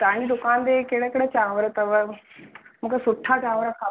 तव्हां जी दुकान ते कहिड़ा कहिड़ा चांवर अथव मूंखे सुठा चांवर खपनि